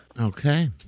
Okay